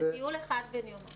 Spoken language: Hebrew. טיול אחד בן יומיים